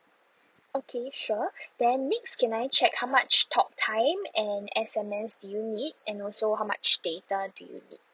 okay sure then next can I check how much talk time and S_M_S do you need and also how much data do you need